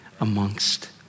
amongst